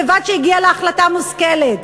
שלבד הגיעה להחלטה מושכלת.